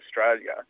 Australia